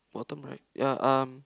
bottom right ya um